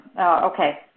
Okay